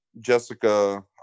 jessica